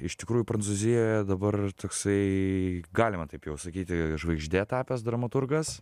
iš tikrųjų prancūzijoje dabar toksai galima taip jau sakyti žvaigžde tapęs dramaturgas